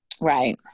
Right